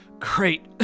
Great